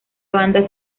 banda